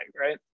Right